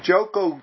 Joko